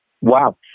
Wow